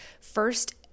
First